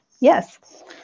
Yes